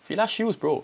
Fila shoes bro